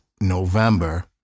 november